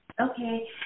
Okay